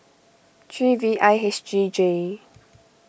three V I H G J